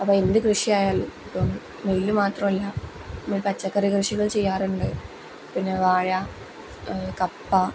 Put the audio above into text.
അപ്പം എന്ത് കൃഷിയായാലും ഇപ്പം നെല്ല് മാത്രമല്ല നമ്മൾ പച്ചക്കറി കൃഷികൾ ചെയ്യാറുണ്ട് പിന്നെ വാഴ കപ്പ